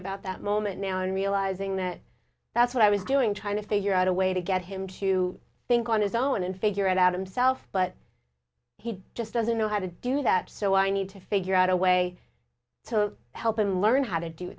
about that moment now and realizing that that's what i was doing trying to figure out a way to get him to think on his own and figure it out himself but he just doesn't know how to do that so i need to figure out a way to help him learn how to do